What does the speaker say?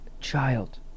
child